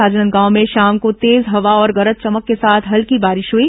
राजनांदगांव में शाम को तेज हवा और गरज चमक के साथ हल्की बारिश हुई